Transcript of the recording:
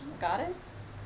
goddess